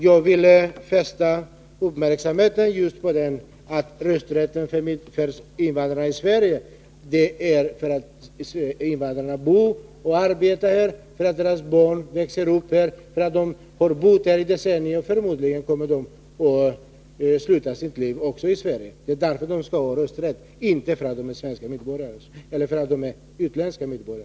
Jag vill fästa uppmärksamheten just på detta att rösträtten för invandrare i Sverige skall finnas därför att invandrarna bor och arbetar här, därför att deras barn växer upp här, därför att de har bott här i decennier och därför att de förmodligen också kommer att sluta sitt liv i Sverige. Det är därför de skall ha rösträtt, inte därför att de är utländska medborgare.